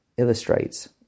illustrates